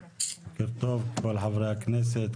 בוקר טוב לכל חברי הכנסת,